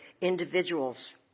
individuals